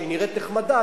שנראית נחמדה,